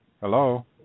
Hello